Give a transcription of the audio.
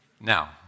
Now